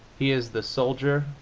he is the soldier,